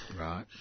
Right